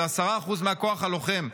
זה 10% מהכוח הלוחם.